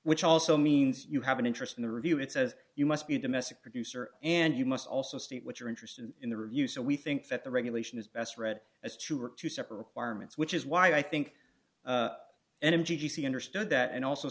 which also means you have an interest in the review it says you must be a domestic producer and you must also state what you're interested in the review so we think that the regulation is best read as two or two separate require ments which is why i think and in g c understood that and also